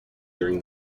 during